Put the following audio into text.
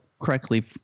correctly